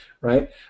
right